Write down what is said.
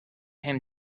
him